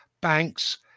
banks